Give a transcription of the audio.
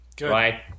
right